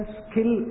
skill